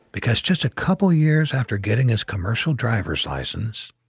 because just a couple years after getting his commercial driver s license,